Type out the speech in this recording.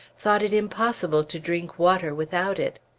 thought it impossible to drink water without it.